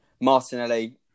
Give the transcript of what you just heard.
Martinelli